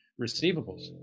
receivables